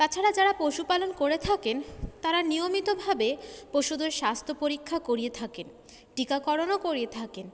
তাছাড়া যারা পশু পালন করে থাকেন তারা নিয়মিতভাবে পশুদের স্বাস্থ্য পরীক্ষা করিয়ে থাকেন টিকাকরণও করিয়ে থাকেন